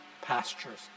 pastures